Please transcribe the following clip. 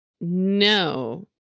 no